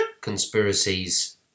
conspiracies